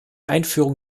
einführung